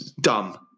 Dumb